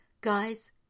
Guys